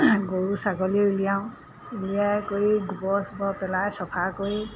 গৰু ছাগলী উলিয়াওঁ উলিয়াই কৰি গোবৰ চোবৰ পেলাই চফা কৰি